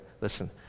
Listen